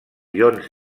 ions